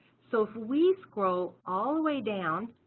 so if we scroll all the way down,